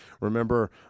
Remember